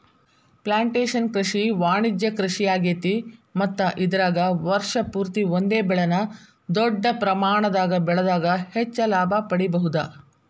plantation ಕೃಷಿ ವಾಣಿಜ್ಯ ಕೃಷಿಯಾಗೇತಿ ಮತ್ತ ಇದರಾಗ ವರ್ಷ ಪೂರ್ತಿ ಒಂದೇ ಬೆಳೆನ ದೊಡ್ಡ ಪ್ರಮಾಣದಾಗ ಬೆಳದಾಗ ಹೆಚ್ಚ ಲಾಭ ಪಡಿಬಹುದ